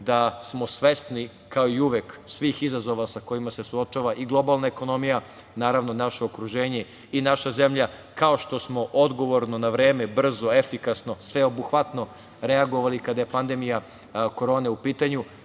da smo svesni kao i uvek svih izazova sa kojima se suočava i globalna ekonomija, naravno, naše okruženje i naša zemlja, kao što smo odgovorno, na vreme, brzo, efikasno, sveobuhvatno reagovali kada je pandemija korone u pitanju.